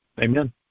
Amen